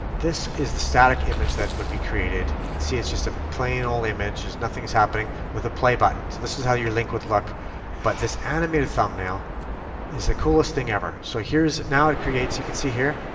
this is the static image that would be created. you can see it's just a plain old image, nothing is happening, with a play button. so this is how your link would look but this animated thumbnail is the coolest thing ever. so here's now it creates you can see here.